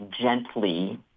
gently